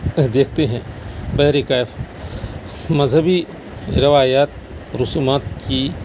دیکھتے ہیں بہرکیف مذہبی روایات رسومات کی